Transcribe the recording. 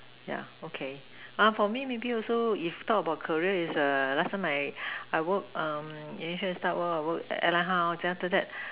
yeah okay for me maybe also if talk about career is last time I I work initially start work I work at airline then after that